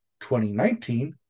2019